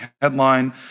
headline